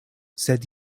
sed